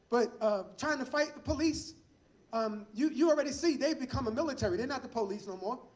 but trying to fight the police um you you already see they've become a military. they're not the police no more.